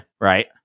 Right